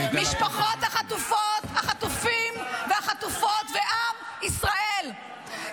אני אתן --- משפחות החטופים והחטופות ועם ישראל,